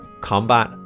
combat